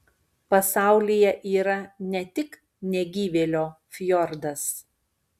pasaulyje yra ne tik negyvėlio fjordas